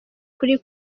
kuri